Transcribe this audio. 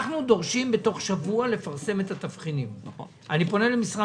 אנחנו דורשים לפרסם את התבחינים